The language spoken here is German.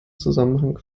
zusammenhang